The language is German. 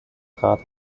trat